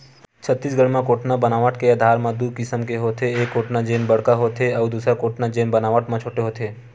छत्तीसगढ़ म कोटना बनावट के आधार म दू किसम के होथे, एक कोटना जेन बड़का होथे अउ दूसर कोटना जेन बनावट म छोटे होथे